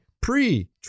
pre